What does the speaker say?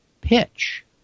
pitch